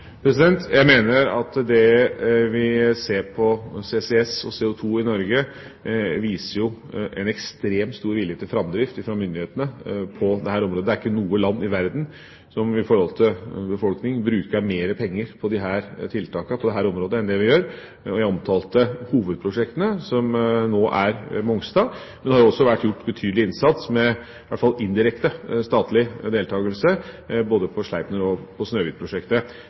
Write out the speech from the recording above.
Jeg mener at det vi ser hva gjelder CCS og CO2 i Norge, viser en ekstremt stor vilje til framdrift fra myndighetene på dette området. Det er ikke noe land som på dette området bruker mer penger på disse tiltakene i forhold til befolkning enn det vi gjør. Jeg omtalte hovedprosjektene, som nå er Mongstad, men det har også vært gjort betydelig innsats med i hvert fall indirekte statlig deltakelse både på Sleipner- og på